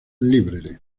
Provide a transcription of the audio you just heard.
library